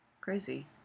Crazy